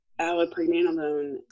allopregnanolone